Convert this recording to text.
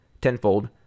tenfold